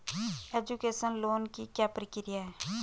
Education loan की क्या प्रक्रिया है?